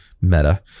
Meta